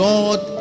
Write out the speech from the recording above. Lord